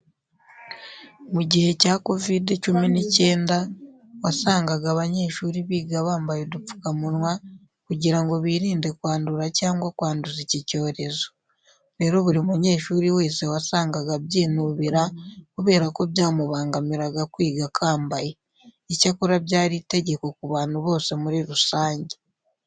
Mu gihe cya Kovide cumi n'icyenda wasangaga abanyeshuri biga bambaye udupfukamunwa kugira ngo birinde kwandura cyangwa kwanduza iki cyorezo. Rero buri munyeshuri wese wasangaga abyinubira kubera ko byamubangamiraga kwiga akambaye. Icyakora byari itegeko ku bantu bose muri rusange.